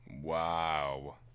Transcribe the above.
Wow